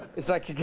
it's like